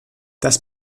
das